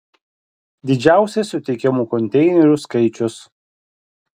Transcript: didžiausias suteikiamų konteinerių skaičius